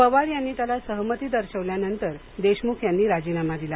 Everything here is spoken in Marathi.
पवार यांनी त्याला सहमती दर्शविल्यानंतर देशमुख यांनी राजीनामा दिला